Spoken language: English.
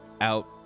out